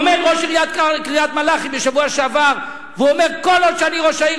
עומד ראש עיריית קריית-מלאכי בשבוע שעבר ואומר: כל עוד אני ראש העיר,